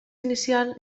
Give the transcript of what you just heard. inicial